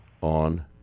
on